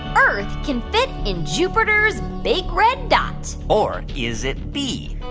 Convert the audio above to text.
earth can fit in jupiter's big red dot? or is it b,